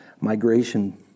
migration